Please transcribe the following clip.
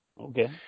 Okay